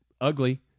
Ugly